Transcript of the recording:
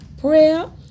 prayer